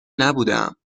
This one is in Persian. نبودهام